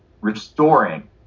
restoring